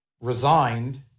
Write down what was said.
resigned